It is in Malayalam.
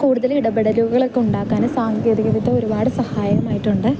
കൂടുതൽ ഇടപെടലുകളൊക്കെ ഉണ്ടാക്കാൻ സാങ്കേതികവിദ്യ ഒരുപാട് സഹായകരമായിട്ടുണ്ട്